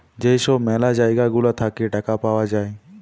যেই সব ম্যালা জায়গা গুলা থাকে টাকা পাওয়া যায়